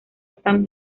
están